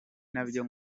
nabyo